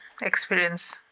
experience